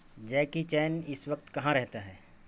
Jackie Chan اس وقت کہاں رہتا ہے